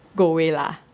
go away lah